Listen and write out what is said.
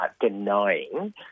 denying